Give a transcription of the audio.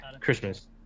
Christmas